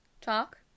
talk